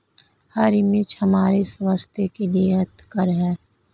हरी मिर्च हमारे स्वास्थ्य के लिए हितकर हैं